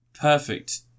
perfect